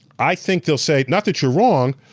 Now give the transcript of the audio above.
i think they'll say, not that you're wrong.